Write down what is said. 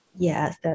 Yes